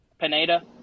Pineda